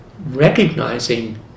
Recognizing